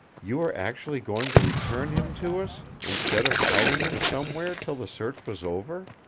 you were actually going to return him to us, instead of hiding him somewhere till the search was over?